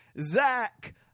Zach